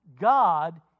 God